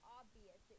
obvious